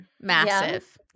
massive